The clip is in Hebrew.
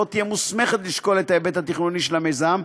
תהיה מוסמכת לשקול את ההיבט התכנוני של המיזם,